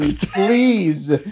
Please